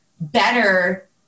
better